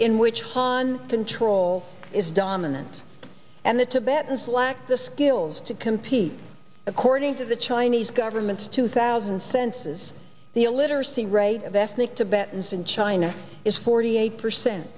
in which han controls is dominance and the tibetans lack the skills to compete according to the chinese government's two thousand senses the illiteracy rate of ethnic tibetans in china is forty eight percent